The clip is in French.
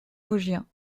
vosgiens